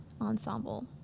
Ensemble